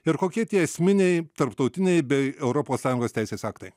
ir kokie tie esminiai tarptautiniai bei europos sąjungos teisės aktai